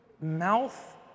Mouth